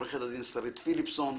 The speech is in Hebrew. עו"ד שרית פילפסון,